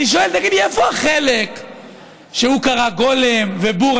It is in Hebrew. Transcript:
אני שואל: תגידי, איפה החלק שהוא קרא גולם ובור?